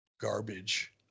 garbage